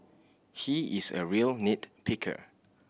he is a real nit picker